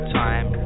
time